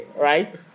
right